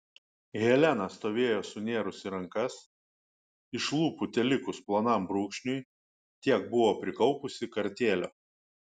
helena stovėjo sunėrusi rankas iš lūpų telikus plonam brūkšniui tiek buvo prikaupusi kartėlio